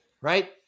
Right